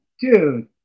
dude